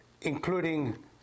including